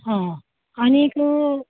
हां आनीक